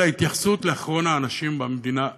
ההתייחסות לאחרון האנשים במדינה הזאת,